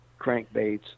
crankbaits